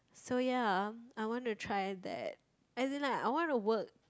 so ya I want to try that as in like I want to work